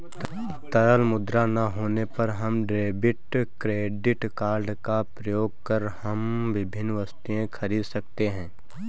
तरल मुद्रा ना होने पर हम डेबिट क्रेडिट कार्ड का प्रयोग कर हम विभिन्न वस्तुएँ खरीद सकते हैं